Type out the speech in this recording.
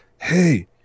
Hey